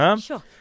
Sure